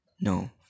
No